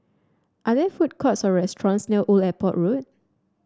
are there food courts or restaurants near Old Airport Road